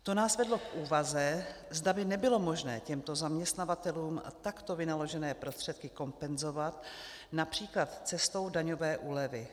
To nás vedlo k úvaze, zda by nebylo možné těmto zaměstnavatelům takto vynaložené prostředky kompenzovat např. cestou daňové úlevy.